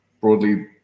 broadly